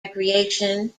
recreation